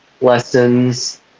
lessons